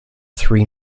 three